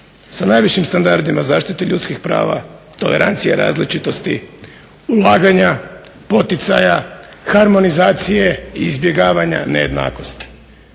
sa najvišim standardima zaštite ljudskih prava, tolerancije različitosti, ulaganja, poticaja, harmonizacije i izbjegavanja nejednakosti.